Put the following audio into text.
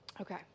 Okay